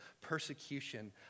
persecution